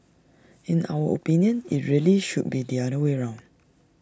in our opinion IT really should be the other way round